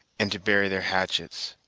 and to bury their hatchets.